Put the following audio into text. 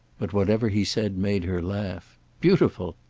but whatever he said made her laugh. beautiful.